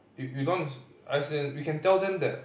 you you don't as as in we can tell them that